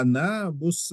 na bus